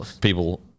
people